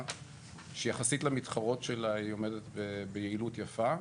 שיחסית למתחרות שלה היא עומדת ביעילות יפה.